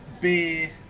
beer